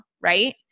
Right